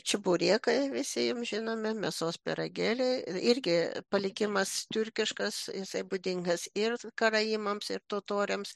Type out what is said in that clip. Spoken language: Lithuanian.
čeburėkai visi jum žinomi mėsos pyragėliai irgi palikimas tiurkiškas jisai būdingas ir karaimams ir totoriams